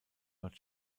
dort